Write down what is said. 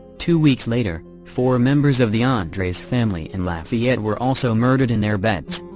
two weeks later, four members of the andres family in lafayette were also murdered in their beds.